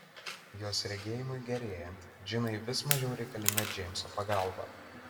jos regėjimui gerėjant džinai vis mažiau reikalinga džeimso pagalba